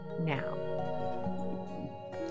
now